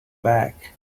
back